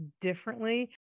differently